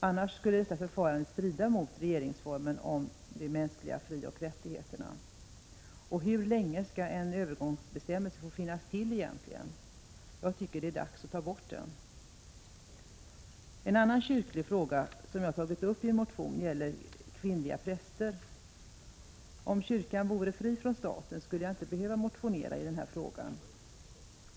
Annars skulle förfarandet strida mot Tegeringsformens bestämmelser om de mänskliga frioch rättigheterna. Hur länge skall en övergångsbestämmelse få finnas till egentligen? Jag tycker att det är dags att ta bort den. En annan kyrklig fråga som jag har tagit upp i en motion gäller kvinnliga präster. Om kyrkan vore fri från staten, skulle jag inte behöva motionera i den här frågan.